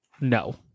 no